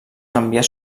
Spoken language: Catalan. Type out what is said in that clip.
canviar